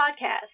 podcast